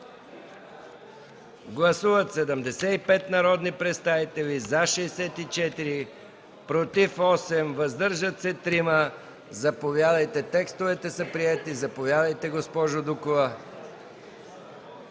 Гласували 75 народни представители: за 64, против 8, въздържали се 3. Текстовете са приети. Заповядайте, госпожо Дукова.